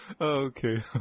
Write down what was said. Okay